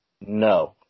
no